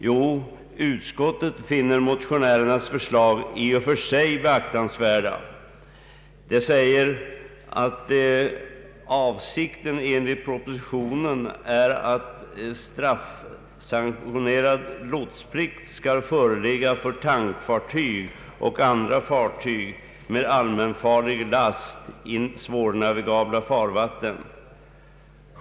Jo, utskottet finner motionärernas förslag i och för sig beaktansvärda. Enligt propositionen är avsikten, framhåller utskottet, ”att en straffsanktionerad lotsplikt skall föreligga för tankfartyg och andra fartyg med allmänfarlig last i svårnavigabla farvatten.